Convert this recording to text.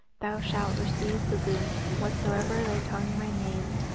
thou shalt receive the boon, whatsoever thy tongue may name,